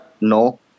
No